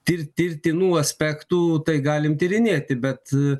tik tirtinų aspektų tai galim tyrinėti bet